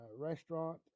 restaurant